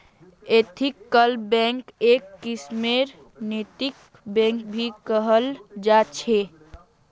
ethical बैंकक् एक किस्मेर नैतिक बैंक भी कहाल जा छे